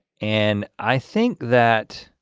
and i think that